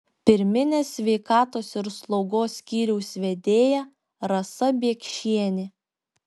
pirminės sveikatos ir slaugos skyriaus vedėja rasa biekšienė